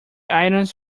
items